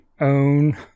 own